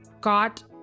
got